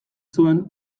zuen